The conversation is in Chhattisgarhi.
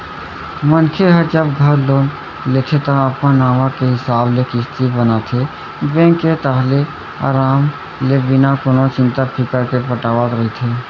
मनखे ह जब घर लोन लेथे ता अपन आवक के हिसाब ले किस्ती बनाथे बेंक के ताहले अराम ले बिना कोनो चिंता फिकर के पटावत रहिथे